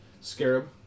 Scarab